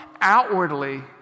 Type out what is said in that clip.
outwardly